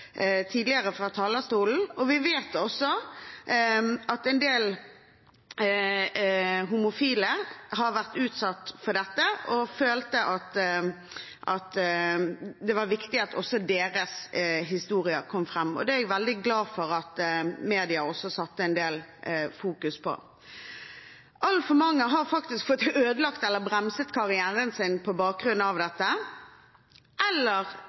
tidligere fra talerstolen. Vi vet også at en del homofile har vært usatt for dette, og de føler at det er viktig at også deres historier kommer fram. Jeg er veldig glad for at media også har satt det en del i fokus. Altfor mange har faktisk fått ødelagt eller bremset karrieren sin på grunn av dette, redusert sine muligheter til å leve som de vil, eller